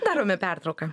darome pertrauką